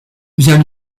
vient